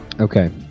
Okay